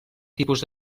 tipus